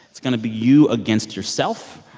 it's going to be you against yourself.